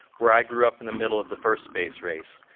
where i grew up in the middle of the first space race.